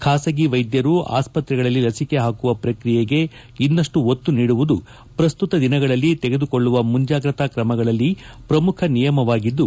ಖಾಸಗಿ ವೈದ್ದರು ಆಸ್ತ್ರಗಳಲ್ಲಿ ಲಸಿಕೆ ಪಾಕುವ ಪ್ರಕ್ರಿಯೆಗೆ ಇನ್ನಷ್ಟು ಒತ್ತು ನೀಡುವುದು ಪ್ರಸ್ತುತ ದಿನಗಳಲ್ಲಿ ತೆಗೆದುಕೊಳ್ಳುವ ಮುಂಜಾಗ್ರತಾ ಕ್ರಮಗಳಲ್ಲಿ ಪ್ರಮುಖ ನಿಯಮವಾಗಿದ್ದು